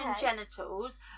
genitals